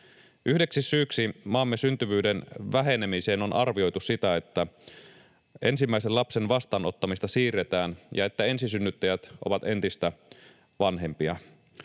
Yhdeksi syyksi maamme syntyvyyden vähenemiseen on arvioitu sitä, että ensimmäisen lapsen vastaanottamista siirretään ja että ensisynnyttäjät ovat entistä vanhempia.